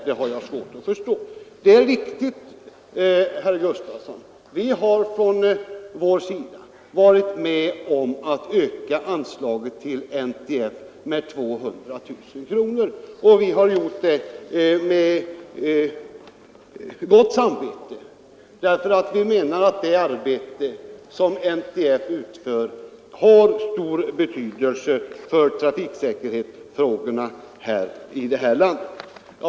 Det är riktigt, herr Gustafson i Göteborg, att vi från vår sida har varit med om att öka anslaget till NTF med 200 000 kronor. Och vi har gjort det med gott samvete därför att vi menar att det arbete som NTF utför har stor betydelse för trafiksäkerhetsfrågorna i det här landet.